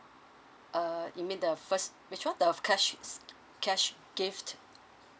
err you mean the first which one the cash cash gift